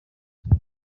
isoko